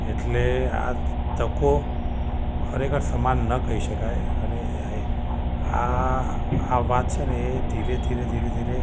એટલે આ તકો ખેરેખર સમાન ન કહી શકાય અને આ આ વાત છેને એ ધીરે ધીરે ધીરે ધીરે ધીરે